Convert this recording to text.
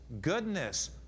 goodness